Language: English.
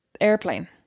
airplane